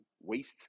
waste